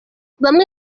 bamwe